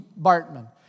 Bartman